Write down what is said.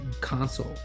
console